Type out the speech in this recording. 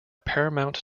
paramount